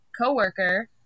coworker